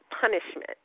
punishment